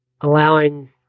allowing